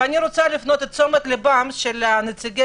אני רוצה להפנות את תשומת ליבם של נציגי